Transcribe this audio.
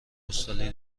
پستالی